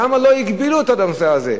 למה לא הגבילו את הנושא הזה?